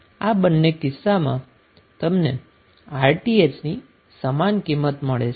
આ બંને કિસ્સામાં તમને Rth ની સમાન કિંમત મળે છે